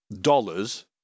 dollars